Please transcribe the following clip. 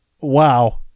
wow